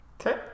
Okay